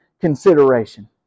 consideration